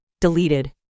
deleted